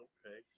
Okay